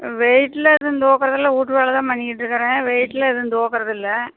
வெயிட்டெலாம் எதுவும் தூக்குறதில்லை வீட்டு வேலைதான் பண்ணிக்கிட்டு இருக்கிறேன் வெயிட்லாம் எதுவும் தூக்கறதில்லை